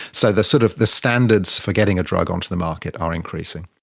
so the sort of the standards for getting a drug onto the market are increasing.